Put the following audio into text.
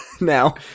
now